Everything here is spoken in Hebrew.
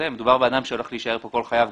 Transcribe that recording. פה מדובר באדם שהולך להישאר כאן כל חייו,